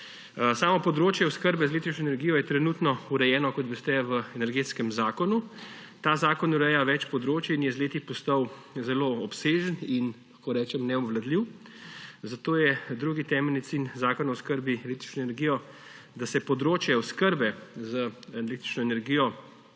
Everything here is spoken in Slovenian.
Samo področje oskrbe z električno energijo je trenutno urejeno, kot veste, v Energetskem zakonu. Ta zakon ureja več področij in je z leti postal zelo obsežen in lahko rečem neobvladljiv, zato je drugi temeljni cilj zakona o oskrbi z električno energijo, da se področje oskrbe z električno energijo